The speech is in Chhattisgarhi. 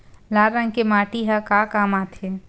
लाल रंग के माटी ह का काम आथे?